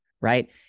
right